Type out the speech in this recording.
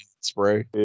Spray